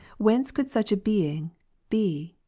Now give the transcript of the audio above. vhence could such a being be,